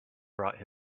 brought